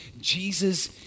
Jesus